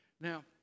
Now